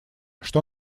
что